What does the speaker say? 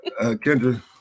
Kendra